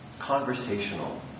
conversational